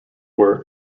were